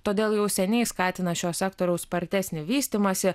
todėl jau seniai skatina šio sektoriaus spartesnį vystymąsi